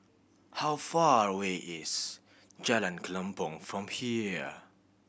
how far away is Jalan Kelempong from here